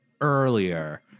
earlier